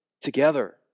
together